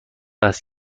است